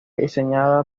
diseñada